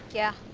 yeah!